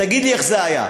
תגיד לי איך זה היה.